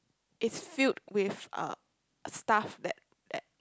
it's filled with uh stuff that that